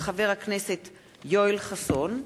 מאת חבר הכנסת יואל חסון,